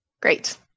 Great